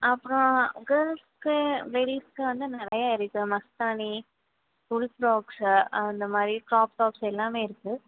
அப்புறம் கேர்ள்ஸுக்கு லேடிஸ்க்கு வந்து நிறைய இருக்கு மஸ்தானி ஃபுல் ஃப்ராக்ஸ் அந்த மாதிரி க்ராப் டாப்ஸ் எல்லாமே இருக்கு